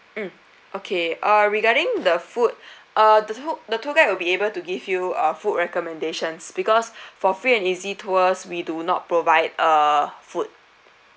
mm okay uh regarding the food uh the tour the tour guide will be able to give you uh food recommendations because for free and easy tours we do not provide uh food